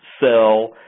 cell